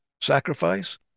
sacrifice